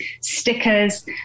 stickers